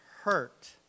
hurt